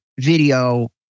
video